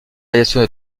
variations